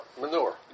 manure